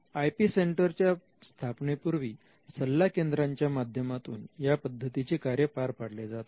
IP सेंटरच्या स्थापनेपूर्वी सल्ला केंद्रांच्या माध्यमातून या पद्धतीचे कार्य पार पाडले जात होते